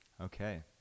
Okay